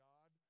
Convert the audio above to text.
God